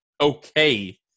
okay